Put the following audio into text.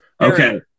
Okay